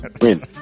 win